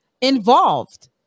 involved